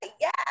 Yes